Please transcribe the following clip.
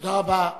תודה רבה.